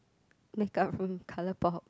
makeup from ColourPop